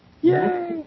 Yay